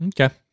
Okay